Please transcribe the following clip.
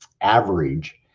average